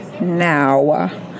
Now